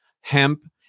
hemp